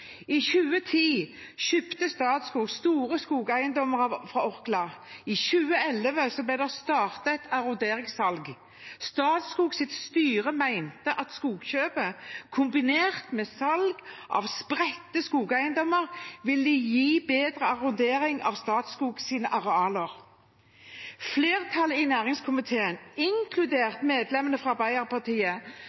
I 2010 kjøpte Statskog store skogeiendommer fra Orkla. I 2011 ble det startet et arronderingssalg. Statskogs styre mente at skogkjøpet kombinert med salg av spredte skogeiendommer ville gi bedre arrondering av Statskogs arealer. Flertallet i næringskomiteen, inkludert medlemmene fra Arbeiderpartiet,